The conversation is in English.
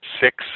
six